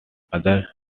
others